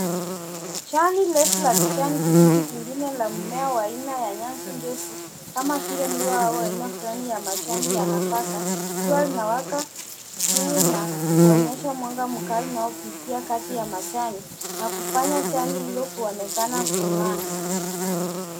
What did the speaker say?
Jani refu la kijani kibichi pengine la mimea wa aina ya nyasi ndefu kama vile miwa au aina fulani ya majani ya nafaka. Jua linawaka juu na kuonyesha mwanga mkali unaopitia kati ya majani na kufanya jani hilo kuonekana kung'aa.